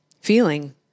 feeling